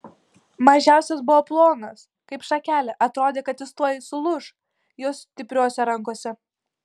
mažiausias buvo plonas kaip šakelė atrodė kad jis tuoj sulūš jo stipriose rankose